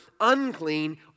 unclean